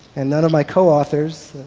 and none of my coauthors,